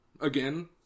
Again